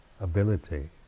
ability